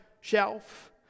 shelf